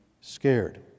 scared